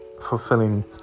fulfilling